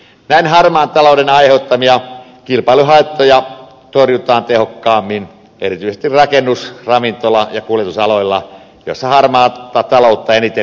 näin harmaan talouden aiheuttamia kilpailuhaittoja torjutaan tehokkaammin erityisesti rakennus ravintola ja kuljetusaloilla joilla harmaata taloutta eniten esiintyy